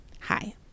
Hi